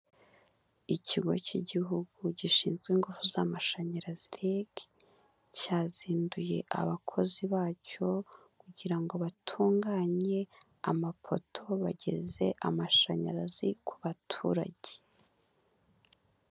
Ikigo cy'igihugu gishinzwe ingufu z'amashanyarazi REG, cyazinduye abakozi bacyo kugira ngo batunganye amapoto bageze amashanyarazi ku baturage.